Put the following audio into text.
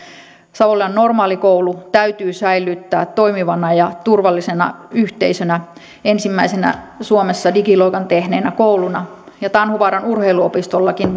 savonlinnan normaalikoulu täytyy säilyttää toimivana ja turvallisena yhteisönä ensimmäisenä suomessa digiloikan tehneenä kouluna ja tanhuvaaran urheiluopistollakin